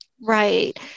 Right